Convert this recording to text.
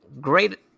great